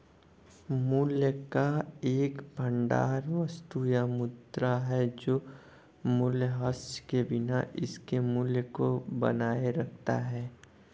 मूल्य का एक भंडार वस्तु या मुद्रा है जो मूल्यह्रास के बिना इसके मूल्य को बनाए रखता है